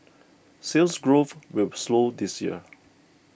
Sales Growth will slow this year